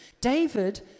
David